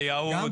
ביהוד,